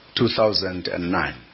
2009